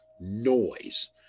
noise